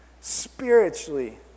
Spiritually